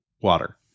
water